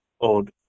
old